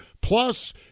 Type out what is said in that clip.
Plus